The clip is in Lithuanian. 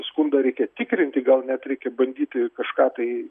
skundą reikia tikrinti gal net reikia bandyti kažką tai